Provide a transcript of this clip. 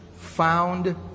found